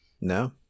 No